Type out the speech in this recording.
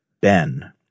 Ben